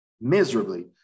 miserably